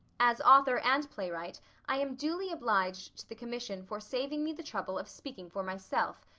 as author and playwright i am duly obliged to the commission for saving me the trouble of speaking for myself,